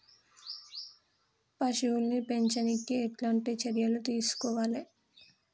పశువుల్ని పెంచనీకి ఎట్లాంటి చర్యలు తీసుకోవాలే?